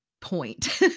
point